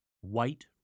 White